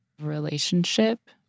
relationship